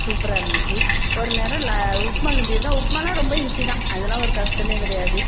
சூப்பராக இருந்துச்சி ஒரு நேரம் லா உப்புமா கிண்டி இருந்தேன் உப்புமாலாம் ரொம்ப ஈசி தான் அதெல்லாம் ஒரு கஷ்டம் கிடயாது